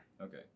Okay